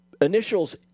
initials